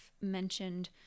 mentioned